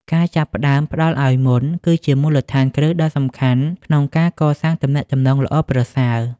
ការចាប់ផ្តើមផ្តល់ឲ្យមុន គឺជាមូលដ្ឋានគ្រឹះដ៏សំខាន់ក្នុងការកសាងទំនាក់ទំនងល្អប្រសើរ។